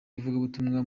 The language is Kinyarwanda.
ivugabutumwa